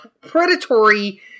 predatory